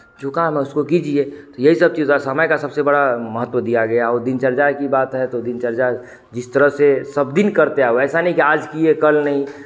जो काम है उसको कीजिए तो यही सब चीज़ का समय का सबसे बड़ा महत्व दिया गया और दिनचर्या की बात है तो दिनचर्या जिस तरह से सब दिन करते आए वैसा नहीं कि आज किए तो कल नहीं